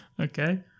Okay